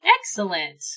Excellent